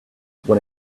when